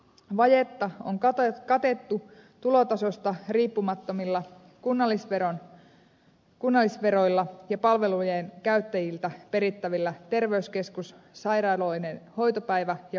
vajetta on katettu tulotasosta riippumattomilla kunnallisveroilla ja palvelujen käyttäjiltä perittävillä terveyskeskussairaaloiden hoitopäivä ja poliklinikkamaksuilla